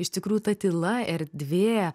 iš tikrųjų ta tyla erdvė